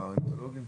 ברנטגנולוגים?